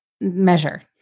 measure